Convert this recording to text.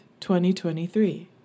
2023